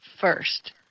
first